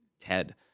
Ted